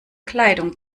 kleidung